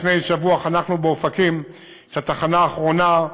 לפני שבוע חנכנו באופקים את התחנה האחרונה,